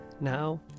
now